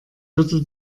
würde